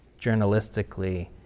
journalistically